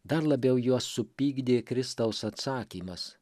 dar labiau juos supykdė kristaus atsakymas